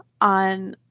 on